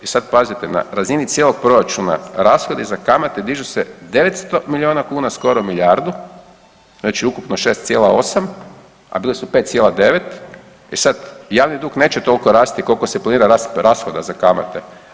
I sada pazite, na razini cijelog proračuna rashodi za kamate dižu se 900 milijuna kuna, skoro milijardu, znači ukupno 6,8, a bile su 5,9 i sada javni dug neće toliko rasti koliko se planira rast rashoda za kamate.